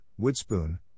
Woodspoon